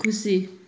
खुसी